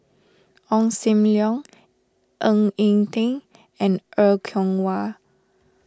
Ong Sam Leong Ng Eng Teng and Er Kwong Wah